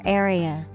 area